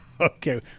Okay